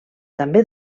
també